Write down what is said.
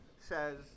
says